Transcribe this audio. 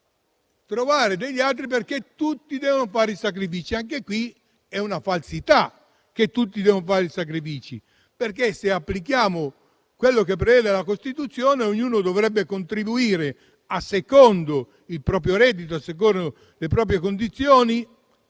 trovarne altre tutti devono fare sacrifici: è una falsità che tutti devono fare i sacrifici, perché se applichiamo quello che prevede la Costituzione, ognuno dovrebbe contribuire a seconda del proprio reddito e delle proprie condizioni.